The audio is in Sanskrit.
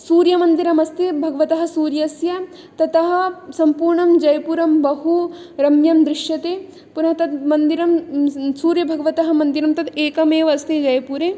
सूर्यमन्दिरमस्ति भगवतः सूर्यस्य ततः सम्पूर्णं जयपुरं बहुरम्यं दृश्यते पुनः तद् मन्दिरं सूर्यभगवतः मन्दिरं तद् एकमेव अस्ति जयपुरे